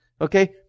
Okay